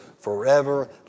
forever